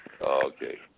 Okay